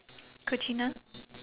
cucina